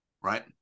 right